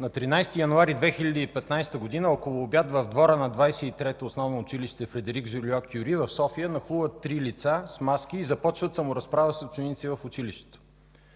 На 13 януари 2015 г. около обяд в двора на 23-то основно училище „Фредерик Жолио-Кюри” в София нахлуват три лица с маски и започват саморазправа с ученици в училището.